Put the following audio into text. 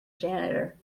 janitor